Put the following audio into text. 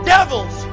Devils